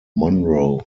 monroe